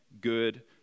good